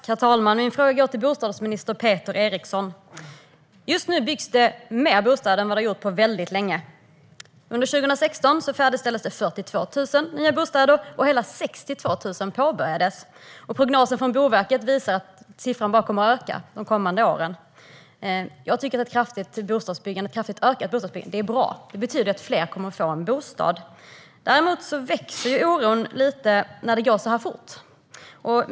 Herr talman! Min fråga går till bostadsminister Peter Eriksson. Just nu byggs det fler bostäder än på väldigt länge. Under 2016 färdigställdes 42 000 nya bostäder, och hela 62 000 påbörjades. Prognosen från Boverket visar att siffran bara kommer att öka de kommande åren. Jag tycker att ett kraftigt ökat bostadsbyggande är bra; det betyder att fler kommer att få en bostad. Däremot växer oron lite när det går så här fort.